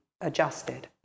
adjusted